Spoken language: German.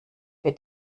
wird